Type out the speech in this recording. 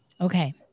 Okay